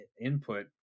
input